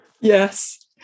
yes